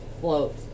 float